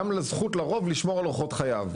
גם לזכות לרוב לשמור על אורחות חייו.